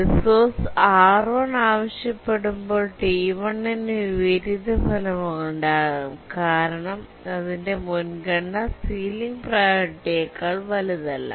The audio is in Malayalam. റിസോഴ്സ് R1 ആവശ്യപ്പെടുമ്പോൾ T1 ന് വിപരീതഫലമുണ്ടാകാം കാരണം അതിന്റെ മുൻഗണന സീലിംഗ് പ്രിയോറിറ്റി യേക്കാൾ വലുതല്ല